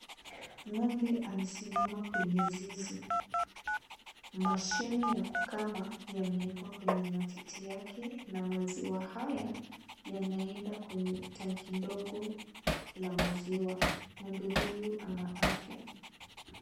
Ng'ombe amesimama kwenye zizi. Mashine ya kukama, yamewekwa kwenye matiti yake na maziwa haya yanaenda kwenye tanki ndogo la maziwa. Ng'ombe huyu, ana afya.